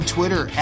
Twitter